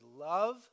love